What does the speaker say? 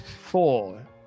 Four